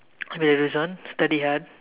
then Rizwan study hard